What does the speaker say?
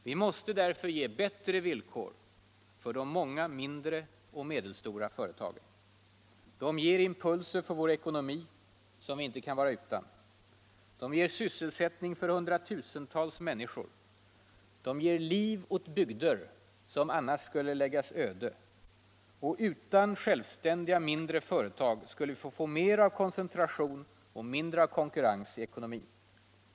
Vi måste därför ge bättre villkor för de många mindre och medelstora företagen. De ger impulser för vår ekonomi som vi inte kan vara utan. De ger sysselsättning för hundratusentals människor. De ger liv åt bygder som annars skulle ligga öde. Och utan självständiga mindre företag skulle vi få mer av koncentration och mindre av konkurrens i ekonomin.